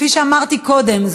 כפי שאמרתי קודם,